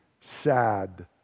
sad